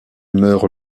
meurt